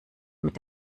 mit